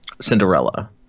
Cinderella